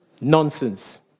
nonsense